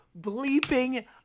bleeping